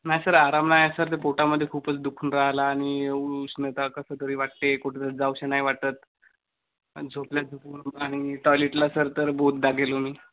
नाही सर आराम नाही सर ते पोटामध्ये खूपच दुखून राहिला आणि उष्णता कसंतरी वाटते कुठेच जाऊशे नाही वाटत झोपल्या झोपून आणि टॉयलेटला सर तर बोहोतदा गेलो मी